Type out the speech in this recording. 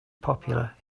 popular